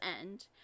End